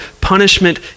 punishment